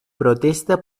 protesta